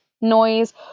noise